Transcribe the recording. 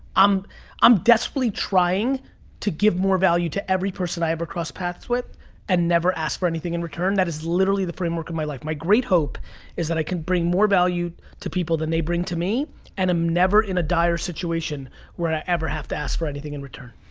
um i'm desperately trying to give more value to every person i ever cross paths with and never ask for anything in return. that is literally the framework of my life. my great hope is that i can bring more value to people than they bring to me and i'm never in a dire situation where i ever have to ask for anything in return.